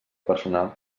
personal